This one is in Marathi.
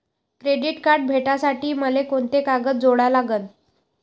क्रेडिट कार्ड भेटासाठी मले कोंते कागद जोडा लागन?